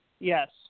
Yes